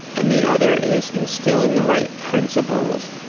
and the other is instilling the right principles,